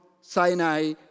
Sinai